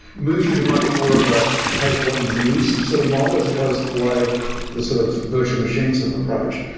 moves you to much more of a pay for what you use sort of model, as opposed to the way the sort of virtual machine sort of approach.